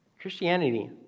Christianity